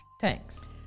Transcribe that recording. Thanks